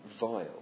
vile